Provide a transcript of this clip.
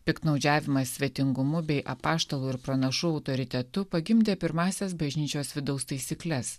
piktnaudžiavimas svetingumu bei apaštalų ir pranašų autoritetu pagimdė pirmąsias bažnyčios vidaus taisykles